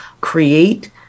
create